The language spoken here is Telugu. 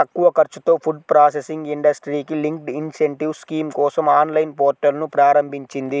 తక్కువ ఖర్చుతో ఫుడ్ ప్రాసెసింగ్ ఇండస్ట్రీకి లింక్డ్ ఇన్సెంటివ్ స్కీమ్ కోసం ఆన్లైన్ పోర్టల్ను ప్రారంభించింది